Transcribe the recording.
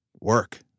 work